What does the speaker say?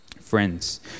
Friends